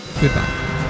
Goodbye